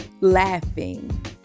laughing